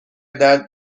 درد